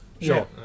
sure